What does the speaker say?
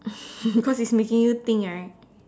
cause it's making you think right